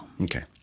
Okay